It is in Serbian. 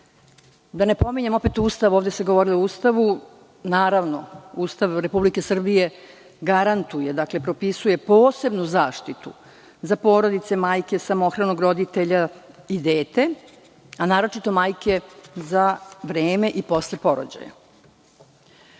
ne pominjem opet Ustav. Ovde se govorilo o Ustavu. Naravno, Ustav Republike Srbije garantuje, odnosno propisuje posebnu zaštitu za porodice, majke, samohranog roditelja i dete, a naročito majke za vreme i posle porođaja.